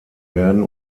werden